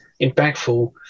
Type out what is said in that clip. impactful